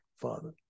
Father